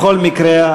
בכל מקרה,